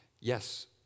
yes